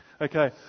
Okay